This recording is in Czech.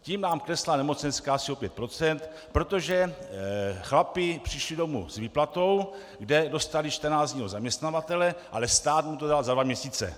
Tím nám klesla nemocenská asi o 5 %, protože chlapi přišli domů s výplatou, kde dostali 14 dní od zaměstnavatele, ale stát mu to dal za dva měsíce.